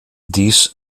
dies